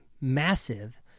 massive